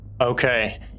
Okay